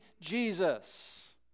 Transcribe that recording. Jesus